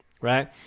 right